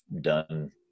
done